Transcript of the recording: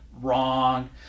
Wrong